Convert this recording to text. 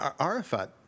Arafat